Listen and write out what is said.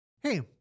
Hey